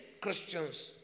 Christians